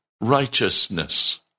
righteousness